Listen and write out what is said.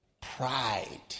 pride